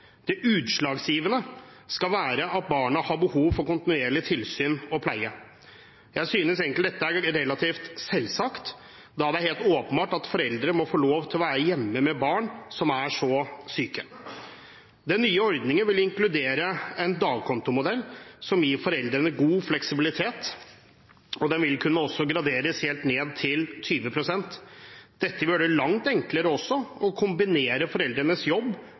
Det utslagsgivende skal være at barna har behov for kontinuerlig tilsyn og pleie. Jeg synes egentlig dette er relativt selvsagt, da det er helt åpenbart at foreldre må få lov til å være hjemme med barn som er så syke. Den nye ordningen vil inkludere en dagkontomodell som gir foreldrene god fleksibilitet, og den vil også kunne graderes helt ned til 20 pst. Dette gjør det også langt enklere å kombinere foreldrenes jobb